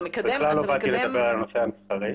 אתה מקדם --- בכלל לא באתי לדבר על הנושא המסחרי.